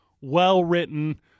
well-written